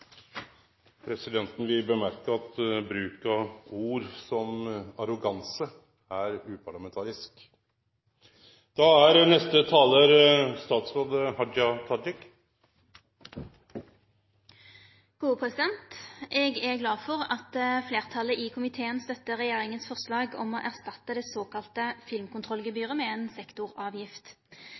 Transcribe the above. Presidenten vil seie at bruk av ord som «arroganse» er uparlamentarisk. Eg er glad for at fleirtalet i komiteen støttar regjeringa sitt forslag om å erstatte det såkalla filmkontrollgebyret med ei sektoravgift.